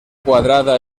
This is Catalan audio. quadrada